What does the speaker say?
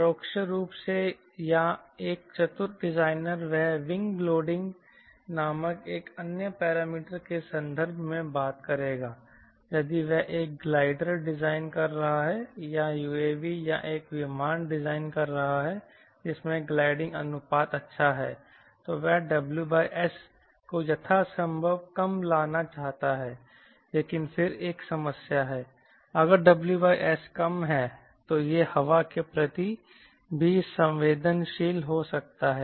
परोक्ष रूप से या एक चतुर डिजाइनर वह विंग लोडिंग WS नामक एक अन्य पैरामीटर के संदर्भ में बात करेगा यदि वह एक ग्लाइडर डिजाइन कर रहा है या UAV या एक विमान डिजाइन कर रहा है जिसमें ग्लाइडिंग अनुपात अच्छा है तो वह WS को यथासंभव कम लाना चाहता है लेकिन फिर एक समस्या है अगर WS कम है तो यह हवा के प्रति भी संवेदनशील हो सकता है